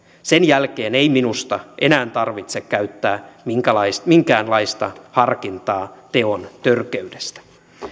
sen jälkeen ei minusta enää tarvitse käyttää minkäänlaista harkintaa teon törkeydestä